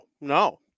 no